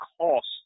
cost